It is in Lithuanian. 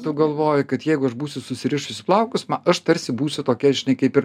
tu galvoji kad jeigu aš būsiu susirišusi plaukus aš tarsi būsiu tokia žinai kaip ir